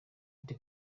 lady